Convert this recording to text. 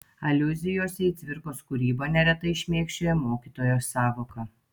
aliuzijose į cvirkos kūrybą neretai šmėkščioja mokytojo sąvoka